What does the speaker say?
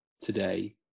today